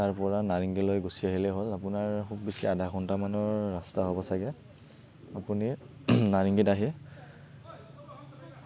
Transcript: তাৰপৰা নাৰেঙ্গীলৈ গুচি আহিলেই হ'ল আপোনাৰ খুব বেছি আধা ঘন্টামানৰ ৰাস্তা হ'ব ছাগে আপুনি নাৰেঙ্গীত আহি